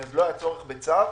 לא היה צורך בצו.